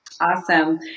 Awesome